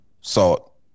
salt